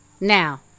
now